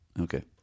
Okay